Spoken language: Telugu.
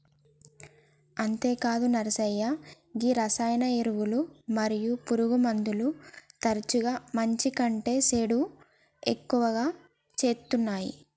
అంతేగాదు నర్సయ్య గీ రసాయన ఎరువులు మరియు పురుగుమందులు తరచుగా మంచి కంటే సేసుడి ఎక్కువ సేత్తునాయి